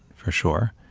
for sure.